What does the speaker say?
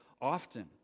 often